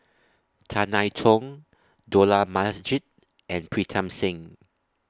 Tan I Tong Dollah Majid and Pritam Singh